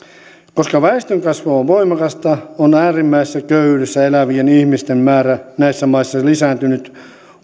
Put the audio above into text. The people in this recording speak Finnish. koska väestönkasvu on voimakasta on äärimmäisessä köyhyydessä elävien ihmisten määrä näissä maissa lisääntynyt